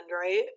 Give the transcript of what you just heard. right